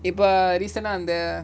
if a recent on the